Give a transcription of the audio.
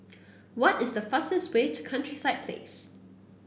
what is the fastest way to Countryside Place